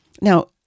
now